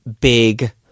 big